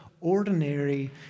ordinary